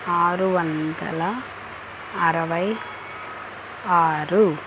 ఆరువందల అరవై ఆరు